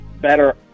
better